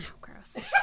gross